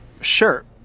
Sure